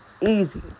easy